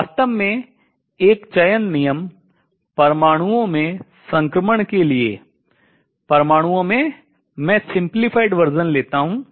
वास्तव में एक चयन नियम परमाणुओं में संक्रमण के लिए परमाणुओं में मैं simplified version सरलीकृत संस्करण लेता हूँ